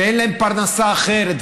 שאין להם פרנסה אחרת,